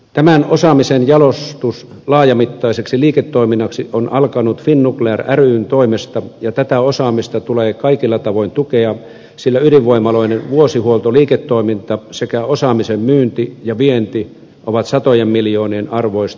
tämän osaamisen jalostus laajamittaiseksi liiketoiminnaksi on alkanut finnuclear ryn toimesta ja tätä osaamista tulee kaikilla tavoin tukea sillä ydinvoimaloiden vuosihuoltoliiketoiminta sekä osaamisen myynti ja vienti ovat satojen miljoonien arvoista liiketoimintaa